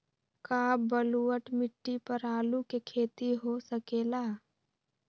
का बलूअट मिट्टी पर आलू के खेती हो सकेला?